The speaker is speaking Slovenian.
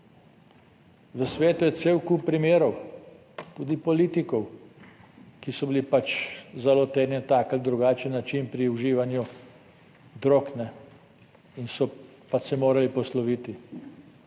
V svetu je cel kup primerov, tudi politikov, ki so bili pač zaloteni na tak ali drugačen način pri uživanju drog, in so pač se morali posloviti.